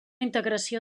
integració